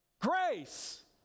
Grace